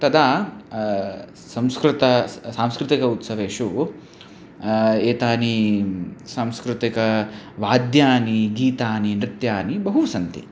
तदा संस्कृतं सांस्कृतिक उत्सवेषु एतानि सांस्कृतिकवाद्यानि गीतानि नृत्यानि बहु सन्ति